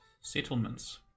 Settlements